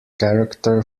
character